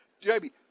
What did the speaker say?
Jamie